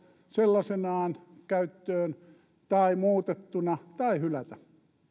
sellaisenaan tai muutettuna tai hylätä